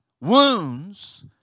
wounds